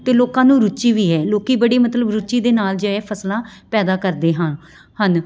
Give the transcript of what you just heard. ਅਤੇ ਲੋਕਾਂ ਨੂੰ ਰੁਚੀ ਵੀ ਹੈ ਲੋਕ ਬੜੀ ਮਤਲਬ ਰੁਚੀ ਦੇ ਨਾਲ ਜੈ ਫ਼ਸਲਾਂ ਪੈਦਾ ਕਰਦੇ ਹਾਂ ਹਨ